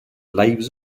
lives